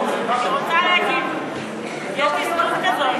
אנחנו נמצאים בתקופה של בחירות,